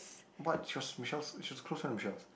what she was Michelle's she was close friend with Michelle